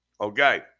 Okay